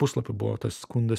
puslapių buvo tas skundas